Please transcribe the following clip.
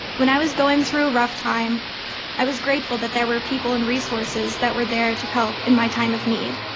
when i was going through a rough time i was grateful that there were people and resources that were there to help in my time of need.